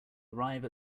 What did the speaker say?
arrive